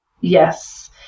Yes